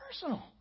personal